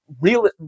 real